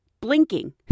blinking